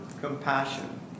compassion